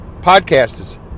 podcasters